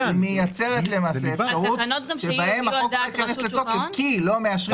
הזאת מייצרת אפשרות שהחוק לא ייכנס לתוקף כי לא מאשרים את התקנות.